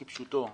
כפשוטו,